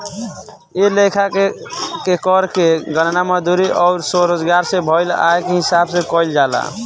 ए लेखा के कर के गणना मजदूरी अउर स्वरोजगार से भईल आय के हिसाब से कईल जाला